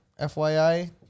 FYI